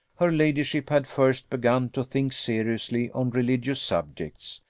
her ladyship had first begun to think seriously on religious subjects,